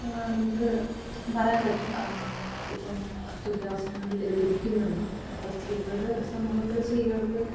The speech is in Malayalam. നമുക്ക് പറയാൻ പറ്റും ഇപ്പം തുല്യ അവസരങ്ങൾ ലഭിക്കുന്നു എന്ന് ഇപ്പോൾ സ്ത്രീകൾക്ക് സമൂഹത്തിലെ സ്ത്രീകൾക്ക്